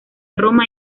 roma